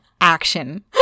action